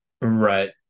Right